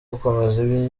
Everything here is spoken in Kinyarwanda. gukomeza